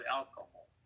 alcohol